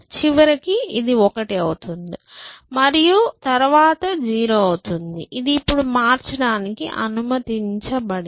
చివరికి ఇది 1 అవుతుంది మరియు తరువాత 0 అవుతుంది ఇది ఇప్పుడు మార్చడానికి అనుమతించబడింది